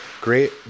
great